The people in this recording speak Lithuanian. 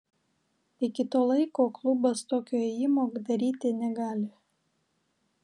iki to laiko klubas tokio ėjimo daryti negali